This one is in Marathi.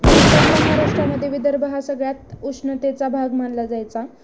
भारतातल्या महाराष्ट्रामध्ये विदर्भ हा सगळ्यात उष्णतेचा भाग मानला जायचा